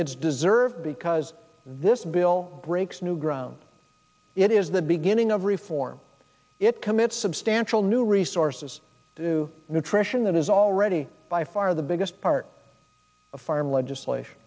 it's deserved because this bill breaks new ground it is the beginning of reform it commits substantial new resources to nutrition that is already by far the biggest part of farm legislation